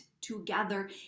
together